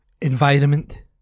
Environment